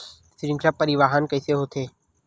श्रृंखला परिवाहन कइसे होथे?